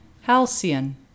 Halcyon